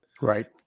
right